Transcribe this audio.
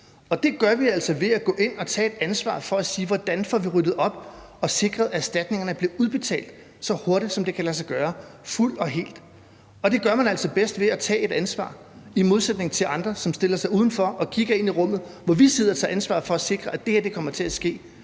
det gør vi altså ved at gå ind og tage et ansvar for, hvordan vi får ryddet op og sikret, at erstatningerne bliver udbetalt, så hurtigt som det kan lade sig gøre og fuldt og helt. Det gør man altså bedst ved at tage et ansvar i modsætning til andre, som stiller sig udenfor og kigger ind i rummet, hvor vi sidder og tager ansvar for at sikre, at det her kommer til at ske.